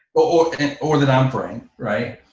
or kind of or that i'm praying, right?